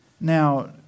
Now